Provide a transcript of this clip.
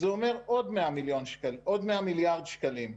זה אומר עוד 100 מיליארד שקלים.